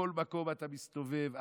בכל מקום שאתה מסתובב,